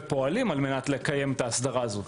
ואנחנו גם פועלים על מנת לקיים את ההסדרה הזאת.